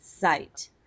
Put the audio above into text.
sight